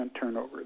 turnover